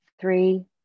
three